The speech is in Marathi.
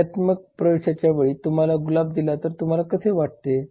कार्यात्मक प्रवेशाच्या वेळी तुम्हाला गुलाब दिला तर तुम्हाला कसे वाटेल